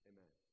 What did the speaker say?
Amen